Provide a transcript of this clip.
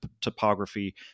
topography